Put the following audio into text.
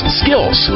skills